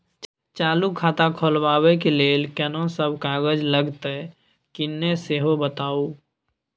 चालू खाता खोलवैबे के लेल केना सब कागज लगतै किन्ने सेहो बताऊ?